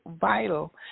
vital